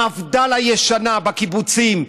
מפד"ל הישנה בקיבוצים,